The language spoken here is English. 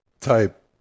type